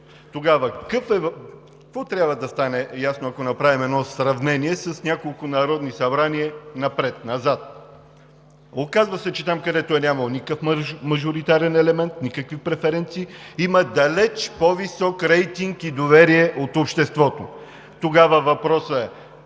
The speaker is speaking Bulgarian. тогава какво трябва да стане ясно, ако направим едно сравнение с няколко народни събрания назад? Оказва се, че там, където не е имало никакъв мажоритарен елемент, никакви преференции, има далеч по-висок рейтинг и доверие от обществото. Тогава въпрос е: